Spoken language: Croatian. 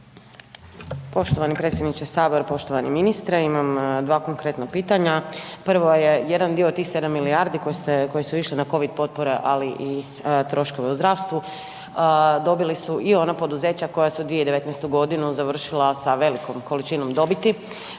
Poštovani predsjedniče Sabora, poštovani ministre. Imam dva konkretna pitanja, prvo je jedan dio od tih 7 milijardi koje su išle na covid potpore, ali i troškove u zdravstvu dobili su i ona poduzeća koja su 2019. završila sa velikom količinom dobiti,